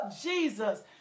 Jesus